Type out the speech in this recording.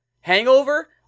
hangover